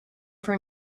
for